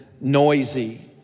noisy